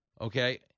Okay